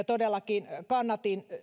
todellakin kannatin jo